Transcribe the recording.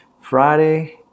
Friday